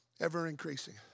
ever-increasing